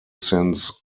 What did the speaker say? since